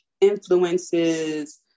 influences